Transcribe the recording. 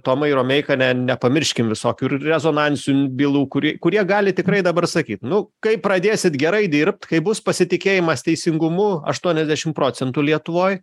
tomai romeika ne nepamirškim visokių rezonansinių bylų kuri kurie gali tikrai dabar sakyt nu kai pradėsit gerai dirbt kai bus pasitikėjimas teisingumu aštuoniasdešim procentų lietuvoj